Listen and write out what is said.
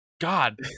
God